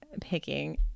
picking